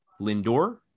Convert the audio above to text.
Lindor